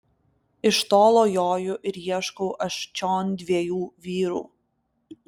iš tolo joju ir ieškau aš čion dviejų vyrų